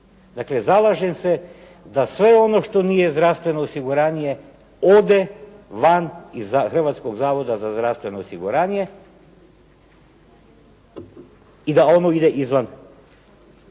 zalažem se da sve ono što nije zdravstveno osiguranje ode van iz Hrvatskog zavoda za zdravstveno osiguranje i da ono ide izvan